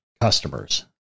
customers